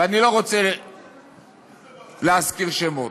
ואני לא רוצה להזכיר שמות,